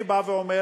אני בא ואומר,